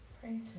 Praise